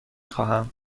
خواهم